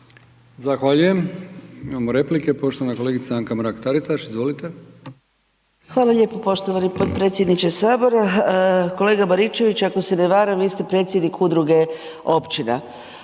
Zahvaljujem. Imamo replike. Poštovana kolegica Anka Mrak Taritaš, izvolite. **Mrak-Taritaš, Anka (GLAS)** Hvala lijepo poštovani potpredsjedniče sabora. Kolega Baričević, ako se ne varam vi ste predsjednik udruge općina.